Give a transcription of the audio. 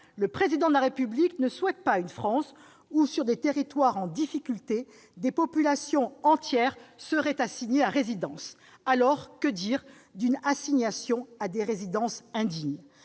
Le Président de la République ne souhaite pas une France où, sur des territoires en difficultés, des populations entières seraient assignées à résidence. Alors, que dire d'une assignation à des résidences indignes ?